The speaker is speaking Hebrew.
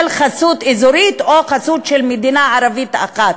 חסות אזורית או חסות של מדינה ערבית אחת.